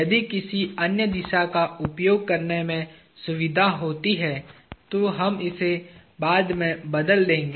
यदि किसी अन्य दिशा का उपयोग करने में सुविधा होती है तो हम इसे बाद में बदल देंगे